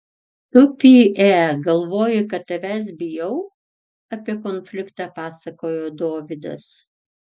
tu py e galvoji kad tavęs bijau apie konfliktą pasakojo dovydas